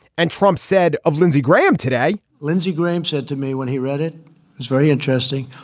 and trump said of lindsey graham today lindsey graham said to me when he read it it's very interesting.